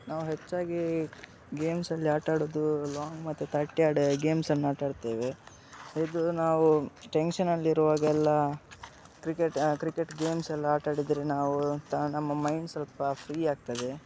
ನಾವು ಹೆಚ್ಚಾಗಿ ಗೇಮ್ಸಲ್ಲಿ ಆಟಾಡೋದು ಲಾಂಗ್ ಮತ್ತು ಥರ್ಟಿ ಯಾರ್ಡ್ ಗೇಮ್ಸನ್ನ ಆಟಾಡ್ತೇವೆ ಇದು ನಾವು ಟೆನ್ಶನಲ್ಲಿ ಇರುವಾಗೆಲ್ಲ ಕ್ರಿಕೆಟ್ ಕ್ರಿಕೆಟ್ ಗೇಮ್ಸ್ ಎಲ್ಲ ಆಟಾಡಿದರೆ ನಾವು ತ ನಮ್ಮ ಮೈಂಡ್ ಸ್ವಲ್ಪ ಫ್ರೀ ಆಗ್ತದೆ